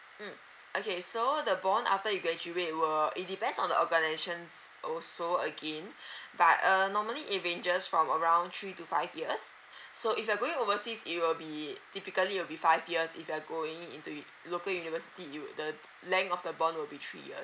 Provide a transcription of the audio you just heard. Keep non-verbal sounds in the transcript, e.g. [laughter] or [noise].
mm okay so the bond after you graduate will it depends on the organizations also again [breath] but uh normally it ranges from around three to five years [breath] so if you're going overseas it will be typically will be five years if you're going into u~ local university you the length of the bond will be three years